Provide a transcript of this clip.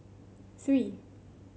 three